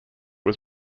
was